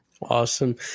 Awesome